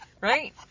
right